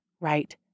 right